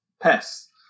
pests